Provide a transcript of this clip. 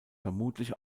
vermutlich